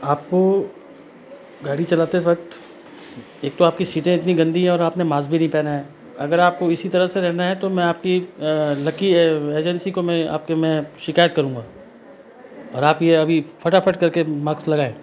आपको गाड़ी चलाते वक्त एक तो आपकी सीटें इतनी गंदी हैं और आपने मास्क भी नहीं पहना है अगर आपको इसी तरह से रहना है तो मैं आपकी लकी एजेंसी को मैं आपके मैं शिकायत करूँगा और आप ये अभी फटाफट करके मास्क लगाएं